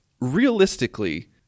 realistically